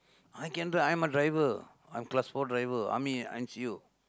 I can drive I am a driver I am class four driver I mean in N_C_O